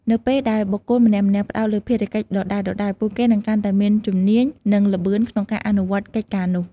នៅពេលដែលបុគ្គលម្នាក់ៗផ្តោតលើភារកិច្ចដដែលៗ ពួកគេនឹងកាន់តែមានជំនាញ និងល្បឿនក្នុងការអនុវត្តកិច្ចការនោះ។